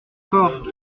corps